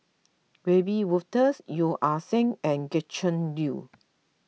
Wiebe Wolters Yeo Ah Seng and Gretchen Liu